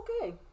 okay